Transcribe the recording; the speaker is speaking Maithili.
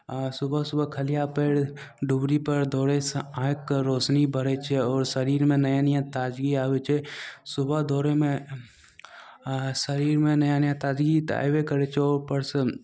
आओर सुबह सुबह खालिये पयर दूभरीपर दौड़यसँ आँखिके रौशनी बढ़य छै आओर शरीरमे नया नया ताजगी आबय छै सुबह दौड़यमे आओर शरीरमे नया नया ताजगी तऽ अयबे करय छै उपरसँ